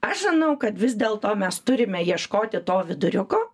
aš žinau kad vis dėlto mes turime ieškoti to viduriuko